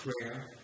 Prayer